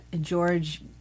George